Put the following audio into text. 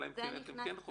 אלא אם כן אתם כן חוקרים.